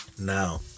Now